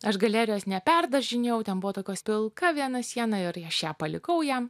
aš galerijos neperdažinėjau ten buvo tokios pilka viena siena ir aš ją palikau jam